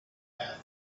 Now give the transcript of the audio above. through